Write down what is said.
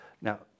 Now